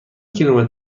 کیلومتر